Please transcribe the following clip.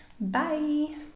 bye